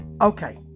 Okay